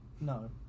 no